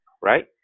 right